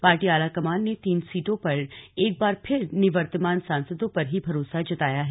party आलाकमान ने तीन सीटों पर एक बार फिर निवर्तमान सांसदों पर ही भरोसा जताया है